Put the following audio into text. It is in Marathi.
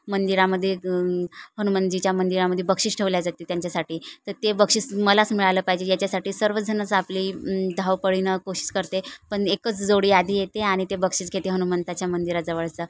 मंदिरामध्ये हनुमानजीच्या मंदिरामध्ये बक्षीस ठेवले जाते त्यांच्यासाठी तर ते बक्षीस मलाच मिळालं पाहिजे याच्यासाठी सर्वजणच आपली धाव पळीनं कोशिस करते पण एकच जोडी आधी येते आणि ते बक्षीस घेते हनुमंताच्या मंदिराजवळचं